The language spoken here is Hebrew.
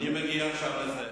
אני מגיע לזה עכשיו.